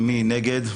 מי נגד?